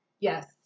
Yes